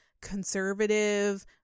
conservative